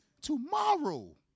Tomorrow